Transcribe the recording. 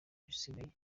bisigaye